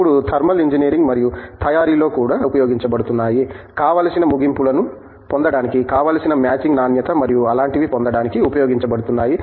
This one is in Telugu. ఇప్పుడు థర్మల్ ఇంజనీరింగ్ మరియు తయారీలో కూడా ఉపయోగించబడుతున్నాయి కావలసిన ముగింపులను పొందడానికి కావలసిన మ్యాచింగ్ నాణ్యత మరియు అలాంటివి పొందడానికి ఉపయోగించబడుతున్నాయి